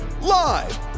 Live